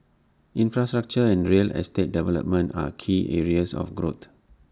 infrastructure and real estate development are key areas of growth